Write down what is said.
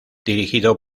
dirigido